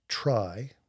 try